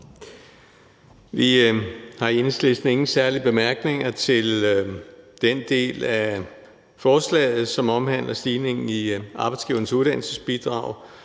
Vi har i Enhedslisten ingen særlige bemærkninger til den del af forslaget, som omhandler stigningen i Arbejdsgivernes Uddannelsesbidrag